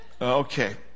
Okay